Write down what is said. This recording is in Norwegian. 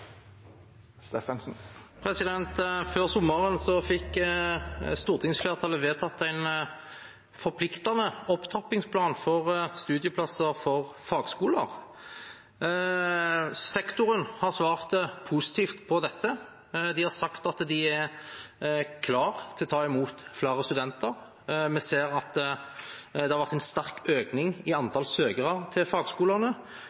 Før sommeren fikk stortingsflertallet vedtatt en forpliktende opptrappingsplan for studieplasser for fagskoler. Sektoren har svart positivt på dette. De har sagt at de er klare til å ta imot flere studenter. Vi ser at det har vært en sterk økning i